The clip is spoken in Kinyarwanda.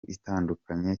itandukanye